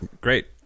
Great